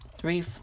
Three